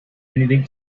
anything